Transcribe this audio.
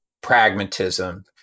pragmatism